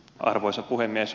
arvoisa puhemies